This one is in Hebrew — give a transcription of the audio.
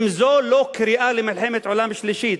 אם זו לא קריאה למלחמת עולם שלישית,